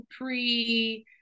pre